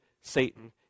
Satan